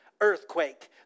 earthquake